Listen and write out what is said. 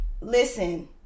listen